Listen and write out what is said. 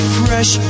fresh